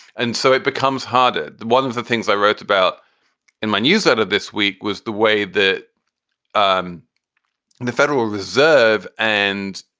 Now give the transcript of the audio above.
and so it becomes harder. harder. one of the things i wrote about in my news out of this week was the way that um and the federal reserve and.